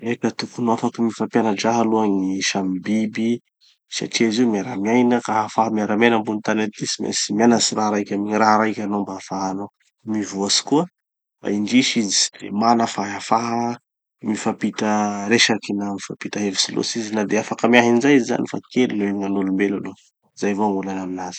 Eka, tokony afaky mifampiana-draha aloha gny samy biby satria izy io miara-miaina. Ka hahafaha miara-miaina ambony tany aty, tsy maintsy mianatsy raha raiky amy gny raha raiky hanao mba hahafahanao mivoatsy koa. Fa indrisy izy tsy de mana fahafaha mifampita resaky na mifampita hevitsy loatsy izy na de afaky miahy anizay izy zany fa kely nohon'ny gn'an'olom-belo aloha.